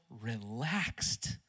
relaxed